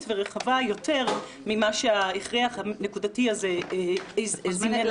ורחבה יותר ממה שההכרח הנקודתי הזה זימן לנו.